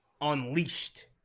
unleashed